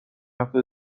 هفته